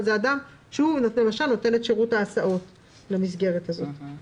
זה אדם שנותן למשל את שירות ההסעות למסגרת הזאת.